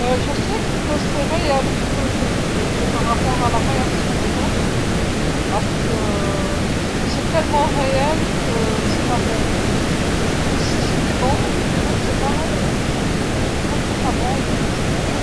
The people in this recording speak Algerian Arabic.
أعلم أنني سأفعل ما أختبره فيما يتعلق برد فعل الآخرين لأنه حقيقي جدًا لدرجة أنه ليس جيدًا. لو كان جيدًا لقلت إنه نفس الشيء، لكن عندما لم يكن جيدًا سأقول.